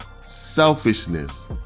selfishness